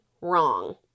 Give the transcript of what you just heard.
wrong